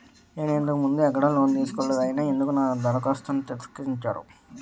నేను ఇంతకు ముందు ఎక్కడ లోన్ తీసుకోలేదు అయినా ఎందుకు నా దరఖాస్తును తిరస్కరించారు?